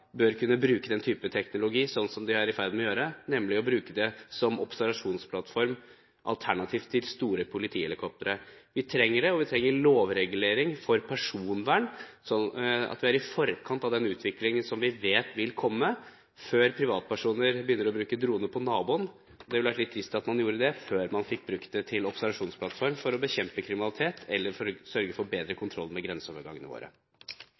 bør kunne bruke den type teknologi, slik som de er i ferd med å gjøre, og bruke det som observasjonsplattform, alternativ til store politihelikoptre. Vi trenger det, og vi trenger lovregulering for personvern, slik at vi er i forkant av den utviklingen som vi vet vil komme, før privatpersoner begynner å bruke droner på naboen. Det ville vært litt trist om man gjorde det før man fikk brukt det til observasjonsplattform for å bekjempe kriminalitet eller for å sørge for bedre kontroll ved grenseovergangene våre.